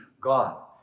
God